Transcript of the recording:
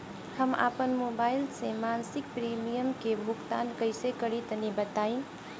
हम आपन मोबाइल से मासिक प्रीमियम के भुगतान कइसे करि तनि बताई?